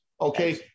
Okay